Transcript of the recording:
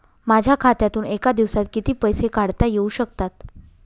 माझ्या खात्यातून एका दिवसात किती पैसे काढता येऊ शकतात?